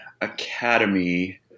Academy